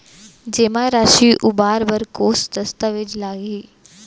जेमा राशि उबार बर कोस दस्तावेज़ लागही?